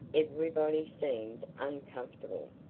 everybody seemed uncomfortable.